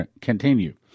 continue